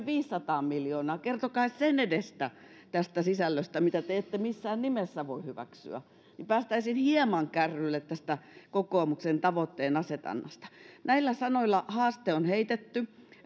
viisisataa miljoonaa kertokaa edes sen edestä tästä sisällöstä mitä te ette missään nimessä voi hyväksyä niin että päästäisiin hieman kärryille tästä kokoomuksen tavoitteenasetannasta näillä sanoilla haaste on heitetty